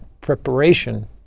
preparation